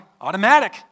Automatic